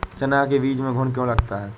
चना के बीज में घुन क्यो लगता है?